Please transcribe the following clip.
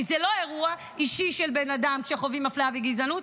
כי זה לא אירוע אישי של בן אדם כשחווים אפליה וגזענות,